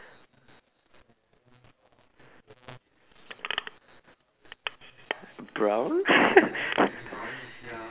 brown